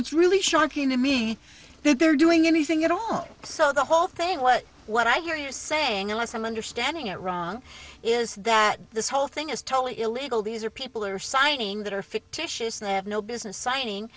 it's really shocking to me that they're doing anything at all so the whole thing what what i hear you saying unless i'm understanding it wrong is that this whole thing is totally illegal these are people are signing that are fictitious they have no business signing